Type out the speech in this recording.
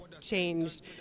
changed